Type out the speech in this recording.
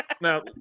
Now